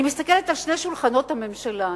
אני מסתכלת על שני שולחנות הממשלה,